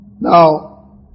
Now